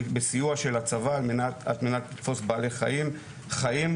בסיוע של הצבא על מנת לתפוס בעלי חיים חיים,